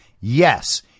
Yes